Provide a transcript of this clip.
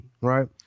right